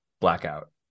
Blackout